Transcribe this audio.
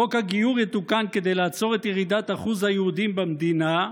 חוק הגיור יתוקן כדי לעצור את ירידת אחוז היהודים במדינה?